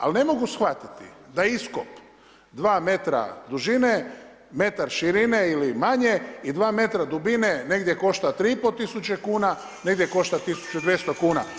Ali ne mogu shvatiti da iskop 2 metra dužine, metar širine ili manje i 2 metra dubine negdje košta 3 i pol tisuće kuna, negdje košta tisuću 200 kuna.